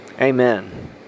Amen